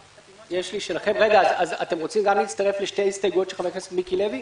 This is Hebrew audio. אז אתם רוצים גם להצטרף לשתי הסתייגויות של חבר הכנסת מיקי לוי?